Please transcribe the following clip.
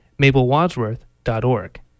MabelWadsworth.org